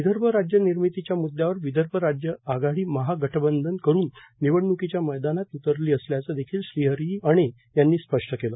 विदर्भ राज्य निर्मितीच्या मुद्द्यावर विदर्भ राज्य आघाडी महागठबंधन करून निवडण्कीच्या मैदानात उतरली असल्याचे देखील श्रीहरी यांनी स्पष्ट केले